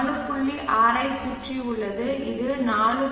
6 ஐ சுற்றி உள்ளது இது 4